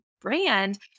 brand